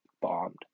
bombed